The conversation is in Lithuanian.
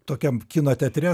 tokiam kino teatre